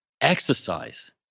exercise